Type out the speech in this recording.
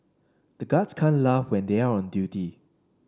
the guards can't laugh when they are on duty